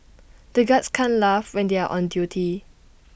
the guards can't laugh when they are on duty